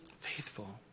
faithful